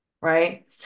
right